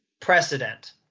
precedent